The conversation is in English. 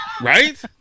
Right